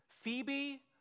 Phoebe